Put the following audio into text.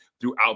throughout